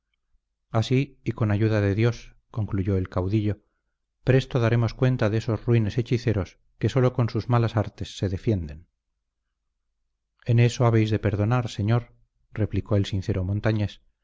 así y con ayuda de dios concluyó el caudillo presto daremos cuenta de esos ruines hechiceros que sólo con sus malas artes se defienden en eso habéis de perdonar señor replicó el sincero montañés